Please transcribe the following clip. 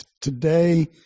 today